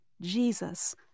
Jesus